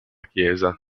chiesa